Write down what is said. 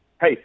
Hey